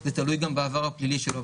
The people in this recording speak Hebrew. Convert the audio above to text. זה תלוי גם בעבר הפלילי שלו.